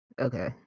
Okay